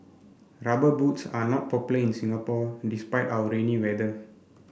rubber boots are not popular in Singapore despite our rainy weather